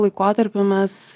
laikotarpiu mes